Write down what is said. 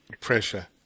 Pressure